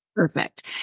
Perfect